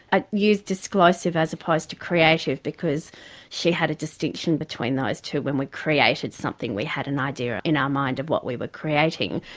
i use disclosive as opposed to creative because she had a distinction between those two when we created something we had an idea in our mind of what we were creating,